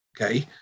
okay